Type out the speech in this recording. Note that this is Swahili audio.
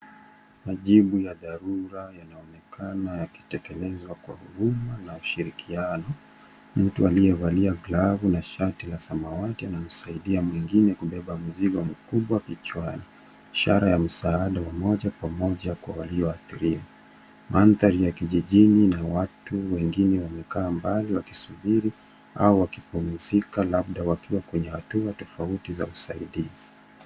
Majibu ya dharura yanaonekana yakitekelezwa kwa huruma na ushirikiano. Mtu aliyevalia glovu na shati ya samawati anamsaidia mwingine kubeba mzigo mkubwa kichwani, ishara ya msaada wa moja kwa moja kwa waliyoathirika. Mandhari ya kijijini na watu wengine wamekaa mbali wakisubiri au wakipumzika labda wakiwa kwenye hatua tofauti za usaidizi.